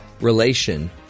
relation